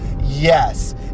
Yes